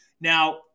Now